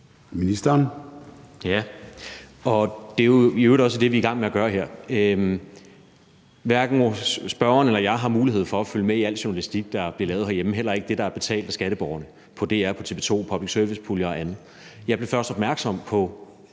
Engel-Schmidt): Det er i øvrigt også det, vi er i gang med at gøre her. Hverken spørgeren eller jeg har mulighed for at følge med i al journalistik, der bliver lavet herhjemme, heller ikke det, der er betalt af skatteborgerne på DR, på TV 2, via public service-puljer og andet. Jeg blev først opmærksom på